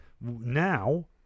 now